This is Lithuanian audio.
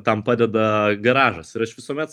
tam padeda garažas ir aš visuomet